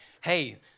hey